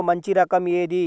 బియ్యంలో మంచి రకం ఏది?